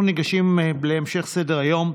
אנחנו ניגשים להמשך סדר-היום,